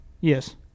Yes